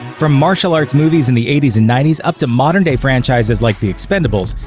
from martial arts movies in the eighty s and ninety s up to modern-day franchises like the expendables,